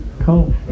cool